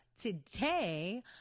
today